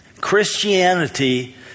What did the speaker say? Christianity